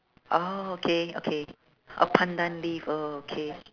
orh okay okay orh pandan leaf oh okay